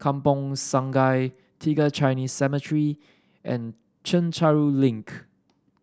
Kampong Sungai Tiga Chinese Cemetery and Chencharu Link